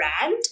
brand